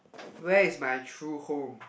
where is my true home